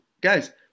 Guys –